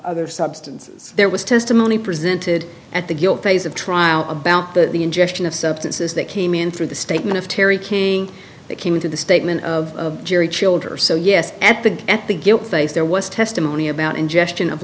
other substances there was testimony presented at the guilt phase of trial about the ingestion of substances that came in through the statement of terry king that came into the statement of jerry childers so yes at the at the guilt phase there was testimony about ingestion of